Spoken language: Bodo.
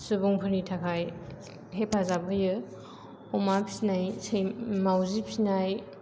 सुबुंफोरनि थाखाय हेफाजाब होयो अमा फिसिनायसै मावजि फिसिनाय